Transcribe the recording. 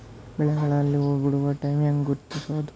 ಬೆಳೆಗಳಲ್ಲಿ ಹೂಬಿಡುವ ಟೈಮ್ ಹೆಂಗ ಗುರುತಿಸೋದ?